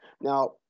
Now